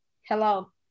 Hello